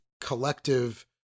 collective